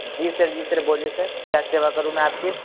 جی sir جی sir بولیے sir کیا سیوا کروں میں آپ کی